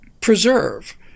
preserve